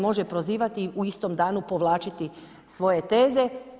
Može prozivati u istom danu povlačiti svoje teze.